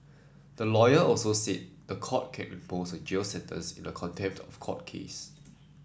the lawyer also said the court can impose a jail sentence in a contempt of court case